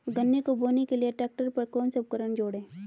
गन्ने को बोने के लिये ट्रैक्टर पर कौन सा उपकरण जोड़ें?